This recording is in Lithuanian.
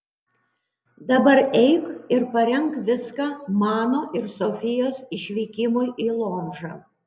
dabar eik ir parenk viską mano ir sofijos išvykimui į lomžą